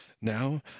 now